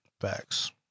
facts